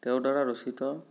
তেওঁৰ দ্বাৰা ৰচিত